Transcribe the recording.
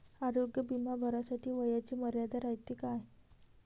आरोग्य बिमा भरासाठी वयाची मर्यादा रायते काय?